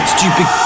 Stupid